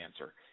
answer